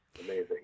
amazing